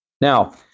Now